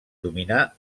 dominar